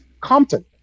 Compton